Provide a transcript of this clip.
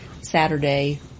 Saturday